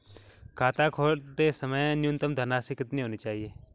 खाता खोलते समय न्यूनतम धनराशि कितनी होनी चाहिए?